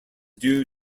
due